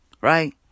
Right